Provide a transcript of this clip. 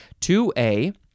2A